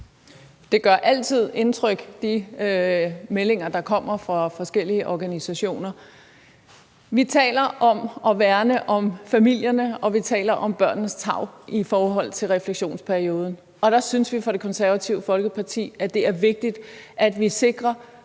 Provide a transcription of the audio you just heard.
Jerkel (KF): De meldinger, der kommer fra forskellige organisationer, gør altid indtryk. Vi taler om at værne om familierne, og vi taler om børnenes tarv, når vi taler om refleksionsperioden. Der synes vi i Det Konservative Folkeparti, at det er vigtigt, at vi sikrer